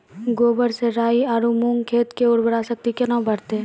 गोबर से राई आरु मूंग खेत के उर्वरा शक्ति केना बढते?